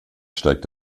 steigt